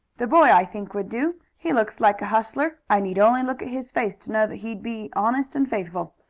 the boy, i think, would do. he looks like a hustler. i need only look at his face to know that he'd be honest and faithful.